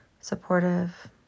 supportive